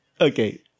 Okay